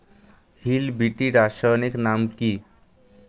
Hill বিটি রাসায়নিক নাম কি?